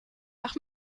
nach